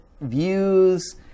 views